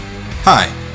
Hi